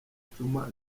djuma